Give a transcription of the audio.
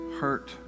hurt